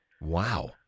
Wow